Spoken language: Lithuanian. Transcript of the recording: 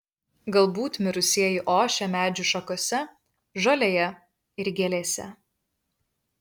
galbūt mirusieji ošia medžių šakose žolėje ir gėlėse